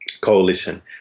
coalition